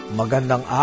Magandang